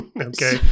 Okay